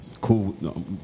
Cool